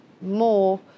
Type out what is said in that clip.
more